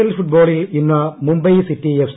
L ഫുട്ബോളിൽ ഇന്ന് Mumbai city F